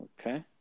Okay